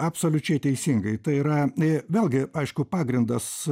absoliučiai teisingai tai yra vėlgi aišku pagrindas